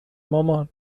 مامان